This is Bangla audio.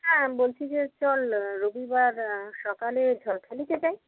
হ্যাঁ বলছি যে চল রবিবার সকালে ঝড়খালিতে যাই